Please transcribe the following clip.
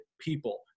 people